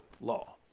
law